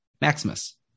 Maximus